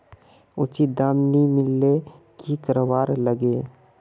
उचित दाम नि मिलले की करवार लगे?